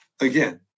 again